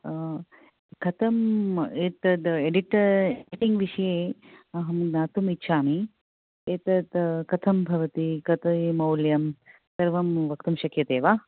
कथम् एतत् editor editing विषये अहं ज्ञातुमिच्छामि एतत् कथं भवति कति मौल्यं सर्वं वक्तुं शक्यते वा